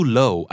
low